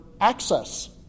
access